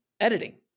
editing